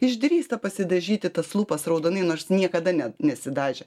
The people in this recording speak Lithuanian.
išdrįsta pasidažyti tas lūpas raudonai nors niekada ne nesidažė